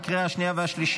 30 בעד, אין מתנגדים, אין